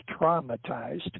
traumatized